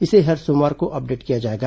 इसे हर सोमवार को अपडेट किया जाएगा